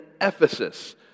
Ephesus